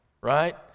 right